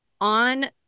on